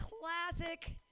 classic